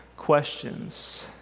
questions